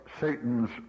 Satan's